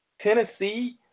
Tennessee